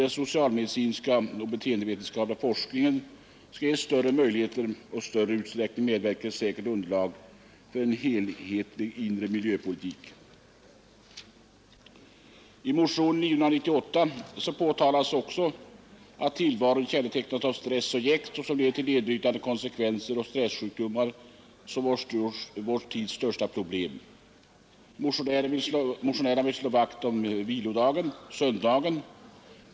Den socialmedicinska och beteendevetenskapliga forskningen skall ges möjligheter att i största möjliga utsträckning medverka till ett säkert underlag för en helhetlig inre miljöpolitik. I motionen 998 påtalas också att tillvaron kännetecknas av en stress och ett jäkt som leder till nedbrytande konsekvenser och att stressjukdomar är vår tids största problem. Motionärerna vill slå vakt om vilodagen — söndagen.